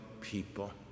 people